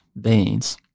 beans